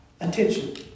attention